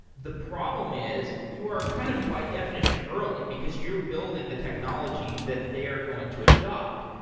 the problem is you are kind of, by definition, early, because you're building the technology that they're going to adapt.